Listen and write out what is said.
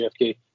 JFK